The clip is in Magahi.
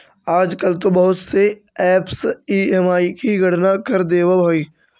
आजकल तो बहुत से ऐपस ई.एम.आई की गणना कर देवअ हई